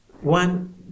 one